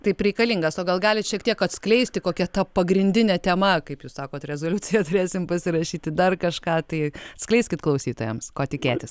taip reikalingas o gal galit šiek tiek atskleisti kokia ta pagrindinė tema kaip jūs sakot rezoliuciją turėsim pasirašyti dar kažką tai skleiskit klausytojams ko tikėtis